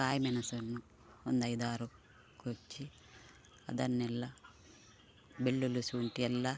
ಕಾಯಿಮೆಣಸನ್ನು ಒಂದು ಐದಾರು ಕೊಚ್ಚಿ ಅದನ್ನೆಲ್ಲ ಬೆಳ್ಳುಳ್ಳಿ ಶುಂಠಿ ಎಲ್ಲ